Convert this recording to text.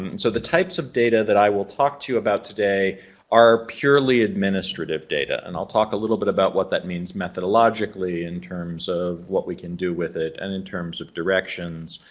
and so the types of data that i will talk to you about today are purely administrative data and i'll talk a little bit about what that means methodologically in terms of what we can do with it and in terms of directions.